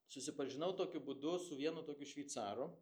susipažinau tokiu būdu su vienu tokiu šveicaru